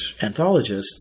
anthologists